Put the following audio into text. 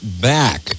back